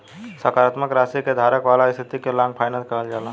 सकारात्मक राशि के धारक वाला स्थिति के लॉन्ग फाइनेंस कहल जाला